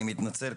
אני מתנצל,